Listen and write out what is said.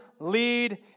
lead